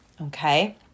Okay